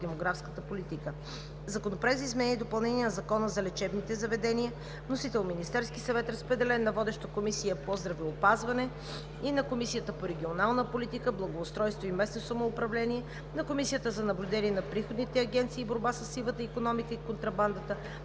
демографската политика. Законопроект за изменение и допълнение на Закона за лечебните заведения. Вносител е Министерският съвет. Разпределен е на водещата Комисия по здравеопазване и на Комисията по регионална политика, благоустройство и местно самоуправление, на Комисията за наблюдение на приходните агенции и борба със сивата икономика и контрабандата,